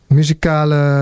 muzikale